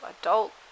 adult